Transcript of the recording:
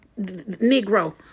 Negro